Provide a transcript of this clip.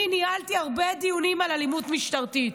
אני ניהלתי הרבה דיונים על אלימות משטרתית,